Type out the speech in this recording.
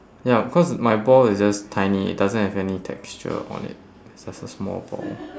ya cause my ball is just tiny it doesn't have any texture on it it's just a small ball